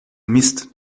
mist